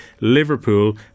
Liverpool